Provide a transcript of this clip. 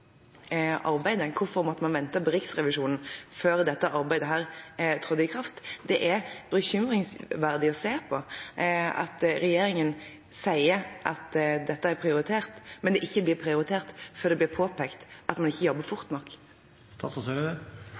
arbeidet? Hvorfor måtte man vente på Riksrevisjonen før dette arbeidet ble satt i gang? Det er bekymringsfullt å se at regjeringen sier at dette er prioritert, men at det ikke blir prioritert før det blir påpekt at man ikke jobber fort nok?